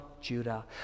Judah